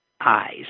eyes